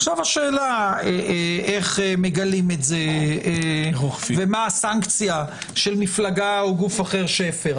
עכשיו השאלה איך מגלים את זה ומה הסנקציה של מפלגה או גוף אחר שהפר.